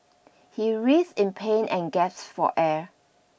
he writhed in pain and gasped for air